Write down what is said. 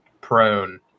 prone